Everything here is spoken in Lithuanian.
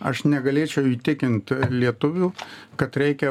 aš negalėčiau įtikint lietuvių kad reikia